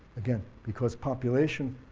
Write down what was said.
again because population,